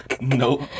Nope